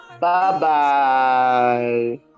Bye-bye